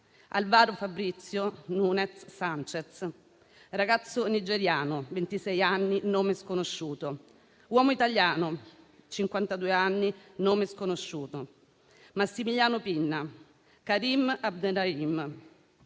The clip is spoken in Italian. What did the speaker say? Alvaro Fabrizio Nuñez Sanchez, ragazzo nigeriano di 26 anni (nome sconosciuto), uomo italiano di 52 anni (nome sconosciuto), Massimiliano Pinna, Karim Abderrahim,